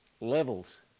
levels